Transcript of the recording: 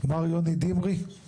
מר יוני דמרי.